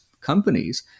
companies